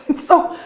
so